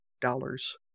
dollars